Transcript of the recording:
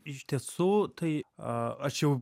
iš tiesų tai a aš jau